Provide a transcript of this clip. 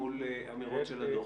מול אמירות של הדוח.